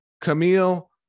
Camille